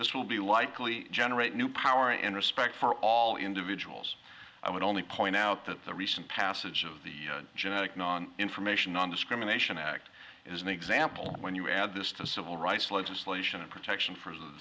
this will be likely generate new power and respect for all individuals i would only point out that the recent passage of the genetic non information on this criminalization act is an example when you add this the civil rights legislation and protection for